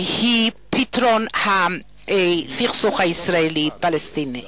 שהיא פתרון הסכסוך הישראלי-פלסטיני.